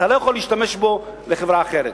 אתה לא יכול להשתמש בו בחברה אחרת.